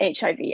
HIV